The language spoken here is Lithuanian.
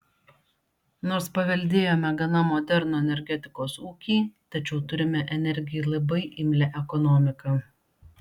nors paveldėjome gana modernų energetikos ūkį tačiau turime energijai labai imlią ekonomiką